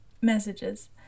messages